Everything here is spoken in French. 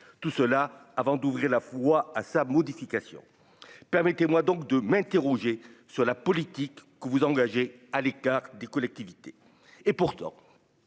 tout cela avant d'ouvrir la fois à sa modification permettez-moi donc de m'interroger sur la politique que vous engagez à l'écart des collectivités et pourtant